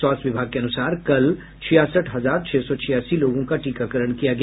स्वास्थ्य विभाग के अनुसार कल छियासठ हजार छह सौ छियासी लोगों का टीकाकरण किया गया